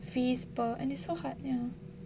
fees per and it's so hot you know